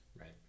right